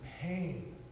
pain